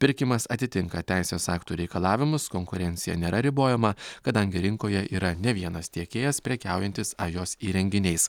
pirkimas atitinka teisės aktų reikalavimus konkurencija nėra ribojama kadangi rinkoje yra ne vienas tiekėjas prekiaujantis ajos įrenginiais